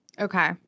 Okay